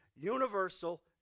universal